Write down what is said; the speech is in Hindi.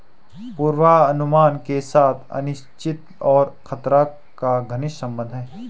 पूर्वानुमान के साथ अनिश्चितता और खतरा का घनिष्ट संबंध है